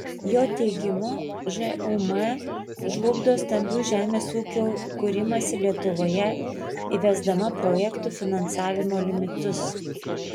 jo teigimu žūm žlugdo stambių žemės ūkių kūrimąsi lietuvoje įvesdama projektų finansavimo limitus